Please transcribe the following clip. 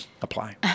apply